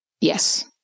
Yes